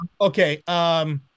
Okay